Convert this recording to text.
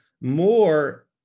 more